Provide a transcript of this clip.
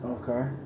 Okay